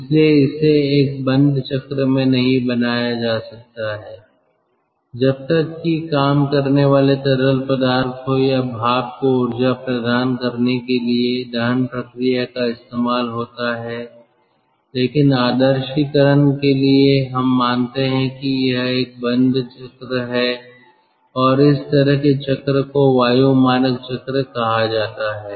इसलिए इसे एक बंद चक्र में नहीं बनाया जा सकता है जब तक कि काम करने वाले तरल पदार्थ को या भाप को ऊर्जा प्रदान करने के लिए दहन प्रक्रिया का इस्तेमाल होता है लेकिन आदर्शीकरण के लिए हम मानते है कि यह एक बंद चक्र है और इस तरह के चक्र को वायु मानक चक्र कहा जाता है